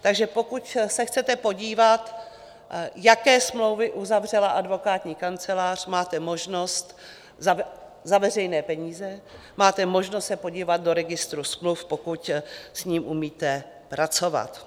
Takže pokud se chcete podívat, jaké smlouvy uzavřela advokátní kancelář, máte možnost, za veřejné peníze, máte možnost se podívat do Registru smluv, pokud s ním umíte pracovat.